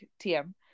TM